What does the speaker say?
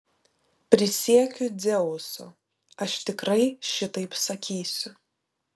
prisiekiu dzeusu aš tikrai šitaip sakysiu